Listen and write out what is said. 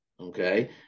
Okay